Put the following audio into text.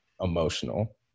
emotional